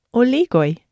oligoi